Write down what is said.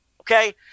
Okay